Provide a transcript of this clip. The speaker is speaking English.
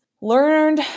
learned